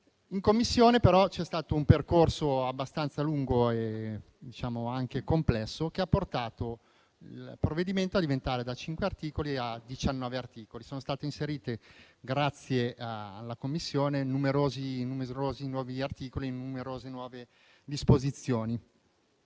In Commissione, però, c'è stato un percorso abbastanza lungo e anche complesso che ha portato il provvedimento da cinque a diciannove articoli. Sono stati inseriti, grazie alla Commissione, numerosi nuovi articoli e numerose nuove disposizioni.